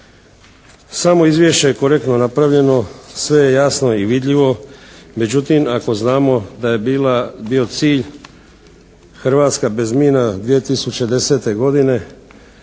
Samo izvješće je korektno napravljeno. Sve je jasno i vidljivo. Međutim ako znamo da je bio cilj Hrvatska bez mina 2010. godine,